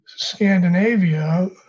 Scandinavia